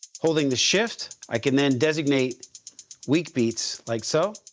holding the shift. i can then designate weak beats like so.